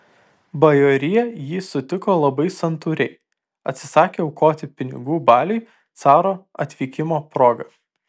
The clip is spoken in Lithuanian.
bajorija jį sutiko labai santūriai atsisakė aukoti pinigų baliui caro atvykimo proga